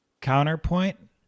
Counterpoint